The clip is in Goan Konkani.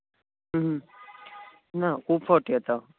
ना खूब फावटी जाता